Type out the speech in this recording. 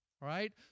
right